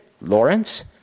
Lawrence